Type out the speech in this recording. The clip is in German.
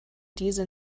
diese